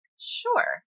Sure